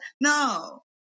No